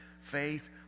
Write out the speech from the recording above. faith